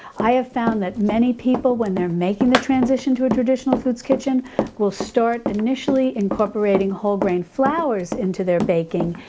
i have found that many people when they're making the transition to a traditional foods kitchen will start initially incorporating whole grain flours into their baking,